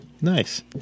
Nice